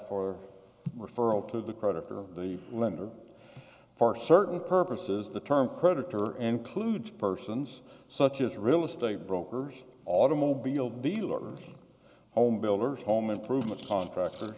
for referral to the creditor the lender for certain purposes the term creditor and kluge persons such as real estate brokers automobile dealers home builders home improvement contractor